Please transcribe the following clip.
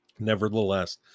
Nevertheless